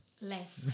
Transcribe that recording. Less